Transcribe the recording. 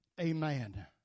amen